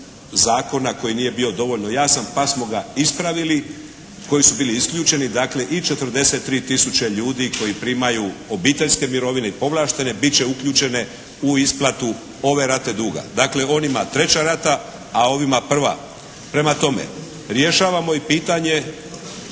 zakona koji nije bio dovoljno jasan pa smo ga ispravili, koji su bili isključeni dakle i 43 tisuće ljudi koji primaju obiteljske mirovine i povlaštene bit će uključene u isplatu ove rate duga. Dakle onima treća rata, a ovima prva. Prema tome rješavamo i pitanje